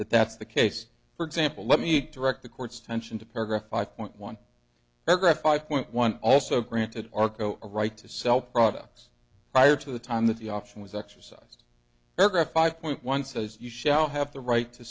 that that's the case for example let me direct the court's tension to paragraph five point one paragraph five point one also granted arco a right to sell products prior to the time that the option was exercise program five point one says you shall have the right to